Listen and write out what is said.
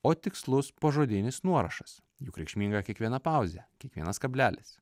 o tikslus pažodinis nuorašas juk reikšminga kiekviena pauzė kiekvienas kablelis